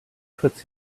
puts